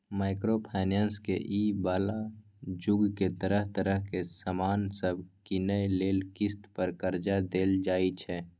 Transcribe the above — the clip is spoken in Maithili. माइक्रो फाइनेंस के इ बला जुग में तरह तरह के सामान सब कीनइ लेल किस्त पर कर्जा देल जाइ छै